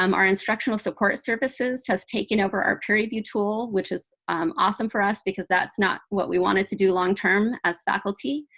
um our instructional support services has taken over our peer review tool, which is awesome for us, because that's not what we wanted to do long-term as faculty.